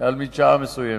על מדשאה מסוימת.